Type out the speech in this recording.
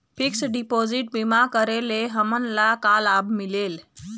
Fix deposit बीमा करे ले हमनला का लाभ मिलेल?